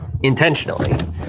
intentionally